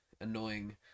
annoying